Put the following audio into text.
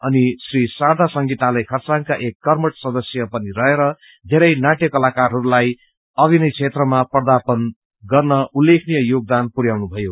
अनि श्री शरदा संगीतालय खरसाङका एक कर्मठ सदस्य पनि रहेर धेरै नाटय कलाकारहरूलाई अभिनय क्षेत्रमा पर्दापण गर्न उल्लेखलय योगदान पुरयाउनुभयो